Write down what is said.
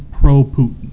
pro-Putin